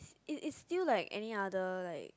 it it is still like any other like